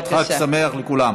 חג שמח לכולם.